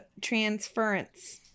transference